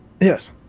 Yes